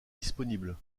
disponible